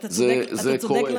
ואתה צודק לחלוטין.